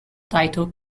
title